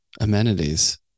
amenities